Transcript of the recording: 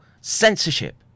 censorship